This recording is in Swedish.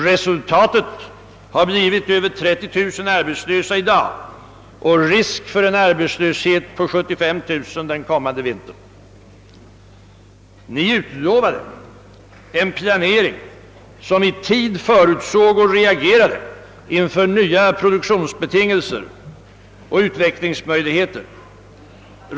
Resultatet har blivit över 30 000 arbetslösa i dag och risk för en arbetslöshet på 75 000 personer den kommande vintern. Ni utlovade en planering som i tid förutsåg och reagerade inför nya produktionsbetingelser och utvecklingsmöjligheter.